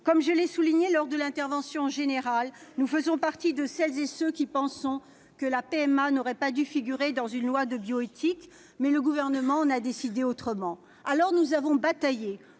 Comme je l'ai souligné lors de l'intervention générale, nous faisons partie de celles et ceux qui pensent que la PMA n'aurait pas dû figurer dans une loi de bioéthique ; mais le Gouvernement en a décidé autrement. Alors, nous avons bataillé